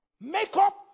Makeup